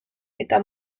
eta